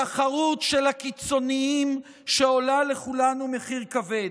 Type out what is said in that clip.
תחרות של הקיצוניים שעולה לכולנו מחיר כבד.